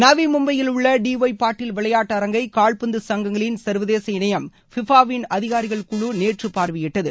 நவி மும்பையில் உள்ள டிஒய் பட்டில் விளையாட்டு அரங்கை கால்பந்து சங்கங்களின் சர்வதேச இணையம் ஃபிஃபாவின் அதிகாரிகள் குழு நேற்று பார்வையிட்டது